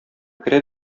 керә